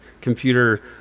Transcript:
computer